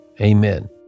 Amen